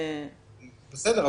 בסדר.